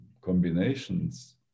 combinations